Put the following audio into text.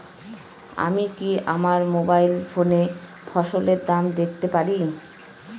আমি কি আমার মোবাইল ফোনে ফসলের দাম দেখতে পারি?